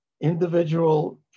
individual